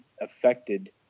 affected